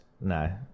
no